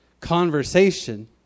conversation